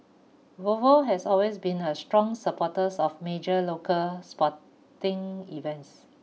Volvo has always been a strong supporters of major local sporting events